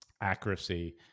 accuracy